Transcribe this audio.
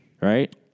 right